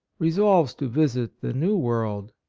resolves to visit the new world,